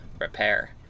repair